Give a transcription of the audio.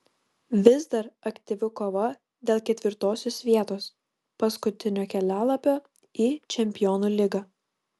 vis dar aktyvi kova dėl ketvirtosios vietos paskutinio kelialapio į čempionų lygą